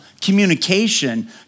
communication